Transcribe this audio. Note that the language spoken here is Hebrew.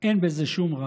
אין בזה שום רע,